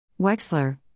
Wexler